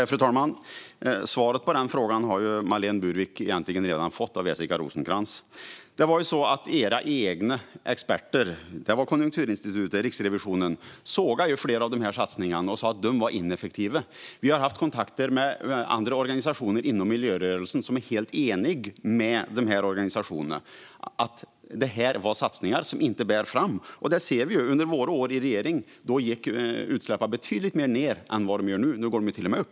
Fru talman! Svaret på denna fråga har Marlene Burwick egentligen redan fått av Jessica Rosencrantz. Era egna experter, Konjunkturinstitutet och Riksrevisionen, sågade flera av satsningarna och sa att de var ineffektiva. Vi har haft kontakter med andra organisationer inom miljörörelsen som är helt eniga med dessa om att satsningarna inte når fram. Och detta ser vi ju. Under våra år i regeringen gick utsläppen ned betydligt mer än vad de gör nu. Nu går de till och med upp.